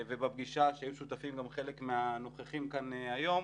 בפגישה שהיו שותפים לה גם חלק מהנוכחים כאן יום,